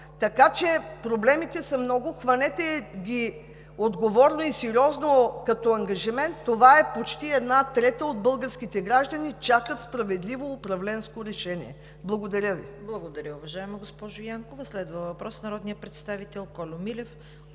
няма. Проблемите са много, хванете ги отговорно и сериозно като ангажимент. Това е почти една трета от българските граждани, които чакат справедливо управленско решение. Благодаря Ви. ПРЕДСЕДАТЕЛ ЦВЕТА КАРАЯНЧЕВА: Благодаря, уважаема госпожо Янкова. Следва въпрос от народния представител Кольо Милев